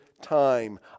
time